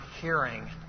hearing